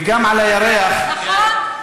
וגם על הירח, נכון.